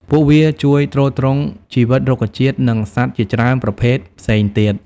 ពួកវាជួយទ្រទ្រង់ជីវិតរុក្ខជាតិ និងសត្វជាច្រើនប្រភេទផ្សេងទៀត។